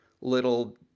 little